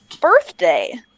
birthday